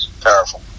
Powerful